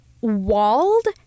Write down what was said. walled